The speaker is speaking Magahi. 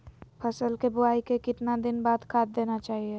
फसल के बोआई के कितना दिन बाद खाद देना चाइए?